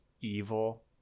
evil